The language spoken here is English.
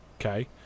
Okay